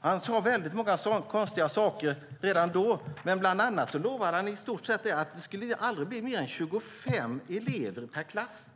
Han sade väldigt många konstiga saker redan då. Bland annat lovade han i stort sett att det aldrig skulle bli fler än 25 elever per klass.